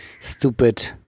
stupid